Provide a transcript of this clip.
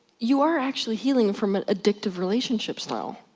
you are actually healing from an addictive relationship style.